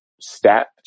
Step